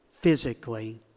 Physically